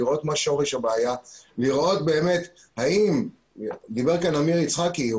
לראות מה שורש הבעיה - דיבר כאן עמיר יצחקי,